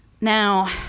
now